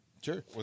Sure